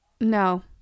no